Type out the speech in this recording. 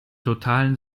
totalen